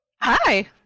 Hi